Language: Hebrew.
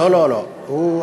לא, לא, לא, הוא,